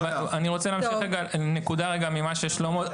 אבל אני רוצה להמשיך רגע לנקודה אחת ממה ששלמה אמר,